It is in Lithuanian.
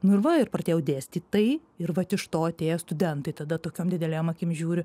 nu ir va ir pradėjau dėstyt tai ir vat iš to atėjo studentai tada tokiom didelėm akim žiūri